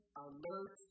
alert